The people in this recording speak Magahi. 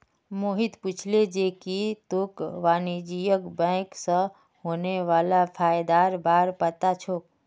मोहित पूछले जे की तोक वाणिज्यिक बैंक स होने वाला फयदार बार पता छोक